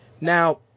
Now